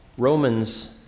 Romans